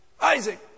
Isaac